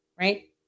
Right